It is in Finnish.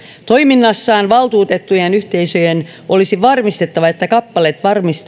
toiminnassaan valtuutettujen yhteisöjen olisi varmistettava että kappaleet